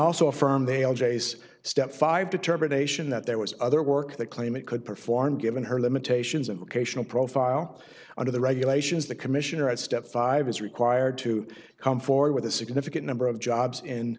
jase step five determination that there was other work that claimant could perform given her limitations and locational profile under the regulations the commissioner at step five is required to come forward with a significant number of jobs in